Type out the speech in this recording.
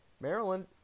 Maryland